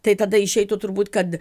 tai tada išeitų turbūt kad